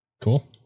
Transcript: Cool